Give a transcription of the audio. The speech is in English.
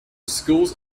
schools